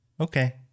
okay